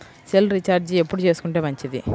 Cell recharge ఎప్పుడు చేసుకొంటే మంచిది?